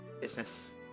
business